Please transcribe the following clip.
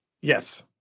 Yes